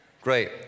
Great